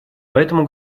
поэтому